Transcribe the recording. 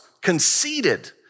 conceited